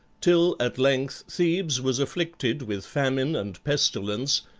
till at length thebes was afflicted with famine and pestilence,